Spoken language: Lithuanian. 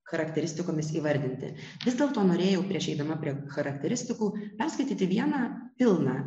charakteristikomis įvardinti vis dėlto norėjau prieš eidama prie charakteristikų perskaityti vieną pilną